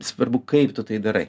svarbu kaip tu tai darai